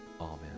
Amen